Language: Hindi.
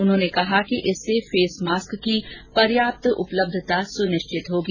उन्होंने कहा कि इससे फेस मास्क की पर्याप्त उपलब्धता सुनिश्चित होगी